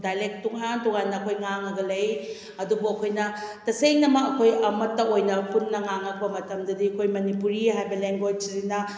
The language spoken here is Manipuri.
ꯗꯥꯏꯂꯦꯛ ꯇꯣꯉꯥꯟ ꯇꯣꯉꯥꯟꯅ ꯑꯩꯈꯣꯏ ꯉꯥꯡꯉꯒ ꯂꯩ ꯑꯗꯨꯕꯨ ꯑꯩꯈꯣꯏꯅ ꯇꯁꯦꯡꯅꯃꯛ ꯑꯩꯈꯣꯏ ꯑꯃꯠꯇ ꯑꯣꯏꯅ ꯄꯨꯟꯅ ꯉꯥꯡꯉꯛꯄ ꯃꯇꯝꯗꯗꯤ ꯑꯩꯈꯣꯏ ꯃꯅꯤꯄꯨꯔꯤ ꯍꯥꯏꯕ ꯂꯦꯡꯒ꯭ꯋꯦꯖ ꯑꯁꯤꯅ